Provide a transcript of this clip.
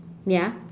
ya